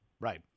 Right